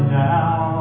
now